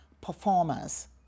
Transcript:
performers